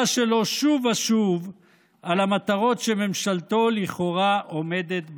שלו שוב ושוב על המטרות שממשלתו לכאורה עומדת בהן.